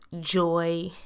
Joy